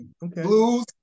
Blues